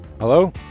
Hello